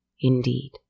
indeed